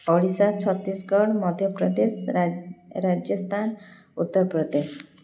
ଓଡ଼ିଶା ଛତିଶଗଡ଼ ମଧ୍ୟପ୍ରଦେଶ ରା ରାଜସ୍ଥାନ ଉତ୍ତରପ୍ରଦେଶ